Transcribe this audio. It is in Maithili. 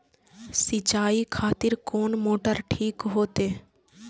सीचाई खातिर कोन मोटर ठीक होते?